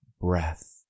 breath